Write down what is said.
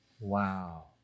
Wow